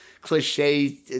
cliche